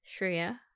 Shreya